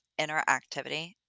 interactivity